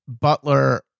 Butler